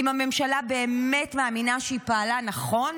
אם הממשלה באמת מאמינה שהיא פעלה נכון